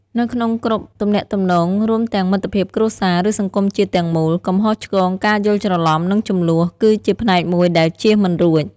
នៅក្នុងគ្រប់ទំនាក់ទំនង រួមទាំងមិត្តភាព គ្រួសារ ឬសង្គមជាតិទាំងមូល កំហុសឆ្គងការយល់ច្រឡំ និងជម្លោះ គឺជាផ្នែកមួយដែលជៀសមិនរួច។